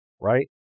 Right